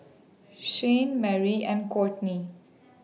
Shayne Merry and Kortney